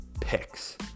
picks